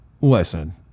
listen